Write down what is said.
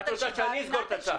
את רוצה שאני אסגור את הצו.